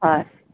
হয়